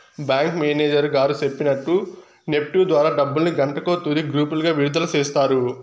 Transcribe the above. bank manager గారు సెప్పినట్టు NEFT ద్వారా డబ్బుల్ని గంటకో తూరి గ్రూపులుగా విడదల సేస్తారు